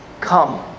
Come